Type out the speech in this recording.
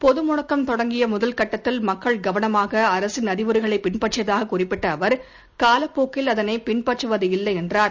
பொது முடக்கம் தொடங்கிய முதல் கட்டத்தில் மக்கள் கவனமாக அரசின் அறிவுரைகளை பின்பற்றியதாக குறிப்பிட்ட அவர் காலப் போக்கில் அதனை பின்பற்றுவதில்லை என்றார்